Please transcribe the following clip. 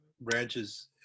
branches